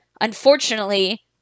Unfortunately